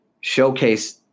showcase